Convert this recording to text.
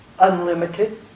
Unlimited